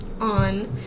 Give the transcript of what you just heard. on